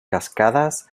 cascadas